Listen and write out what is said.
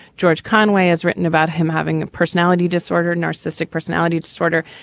george conway has written about him having a personality disorder, narcissistic personality disorder.